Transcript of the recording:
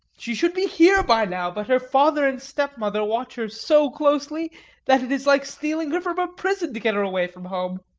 she should be here by now, but her father and stepmother watch her so closely that it is like stealing her from a prison to get her away from home.